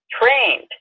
trained